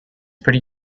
pretty